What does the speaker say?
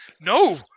No